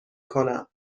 کنم